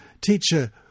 Teacher